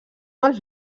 els